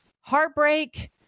Heartbreak